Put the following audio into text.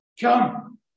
Come